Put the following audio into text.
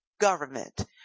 government